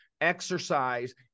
exercise